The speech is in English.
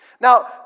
Now